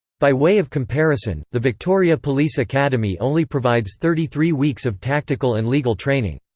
by way of comparison, the victoria police academy only provides thirty three weeks of tactical and legal training.